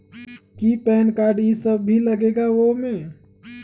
कि PAN card इ सब भी लगेगा वो में?